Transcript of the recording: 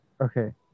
Okay